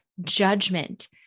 judgment